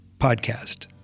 Podcast